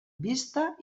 vista